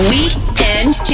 Weekend